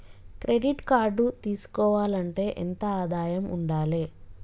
Credit card తీసుకోవాలంటే ఎంత ఆదాయం ఉండాలే?